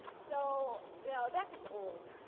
so you know that gets old,